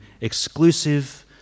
exclusive